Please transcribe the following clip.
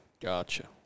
Gotcha